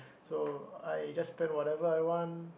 so I just spend whatever I want